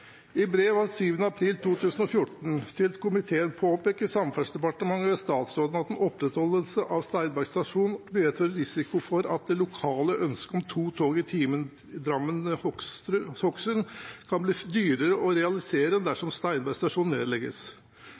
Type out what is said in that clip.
I brev av 7. april 2014 til komiteen påpeker Samferdselsdepartementet ved statsråden at en opprettholdelse av Steinberg stasjon medfører risiko for at: «– Det lokale ønsket om to tog i timen Drammen-Hokksund kan bli dyrere å realisere enn dersom